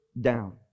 down